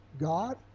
God